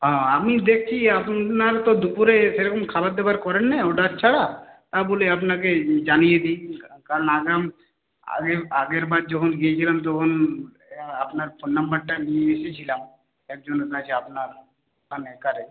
হ্যাঁ আমি দেখছি আপনি না হলে তো দুপুরে সেরকম খাবার দাবার করেন না অর্ডার ছাড়া তা বলি আপনাকে জানিয়ে দিই কারণ আগাম আগের আগেরবার যখন গিয়েছিলাম তখন আপনার ফোন নাম্বারটা নিয়ে এসেছিলাম একজনের কাছে আপনার ওখানকার